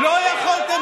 מה קרה?